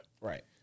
Right